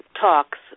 talks